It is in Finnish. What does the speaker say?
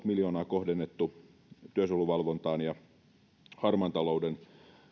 miljoonaa kohdennettu työsuojeluvalvontaan ja harmaan talouden